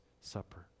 Supper